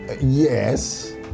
Yes